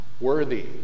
Worthy